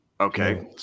Okay